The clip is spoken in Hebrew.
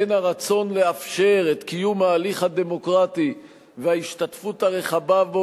בין הרצון לאפשר את קיום ההליך הדמוקרטי וההשתתפות הרחבה בו,